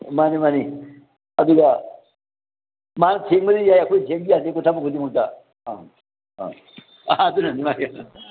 ꯃꯥꯅꯤ ꯃꯥꯅꯤ ꯑꯗꯨꯒ ꯃꯥ ꯊꯦꯡꯕꯗꯤ ꯑꯩꯈꯣꯏꯅ ꯊꯦꯡꯕꯗꯤ ꯌꯥꯗꯦꯀꯣ ꯊꯕꯛ ꯈꯨꯗꯤꯡꯃꯛꯇ ꯑꯪ ꯍꯣꯏ ꯑ ꯑꯗꯨꯅꯅꯤ ꯃꯥꯁꯦ